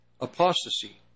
Apostasy